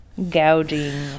Gouging